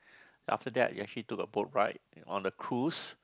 after that we actually took a boat ride on a cruise